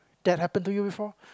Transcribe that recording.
that happen to you before